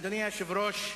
אדוני היושב-ראש,